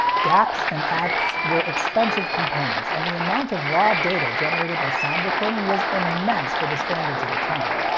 dacs and adcs were expensive components, and the amount of raw data generated by sound recording was immense for the standards of the time.